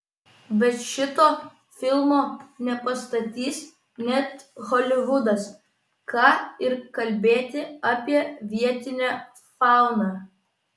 bet šito filmo nepastatys net holivudas ką ir kalbėti apie vietinę fauną